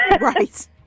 Right